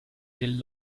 del